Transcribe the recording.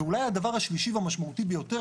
אולי הדבר השלישי והמשמעותי ביותר,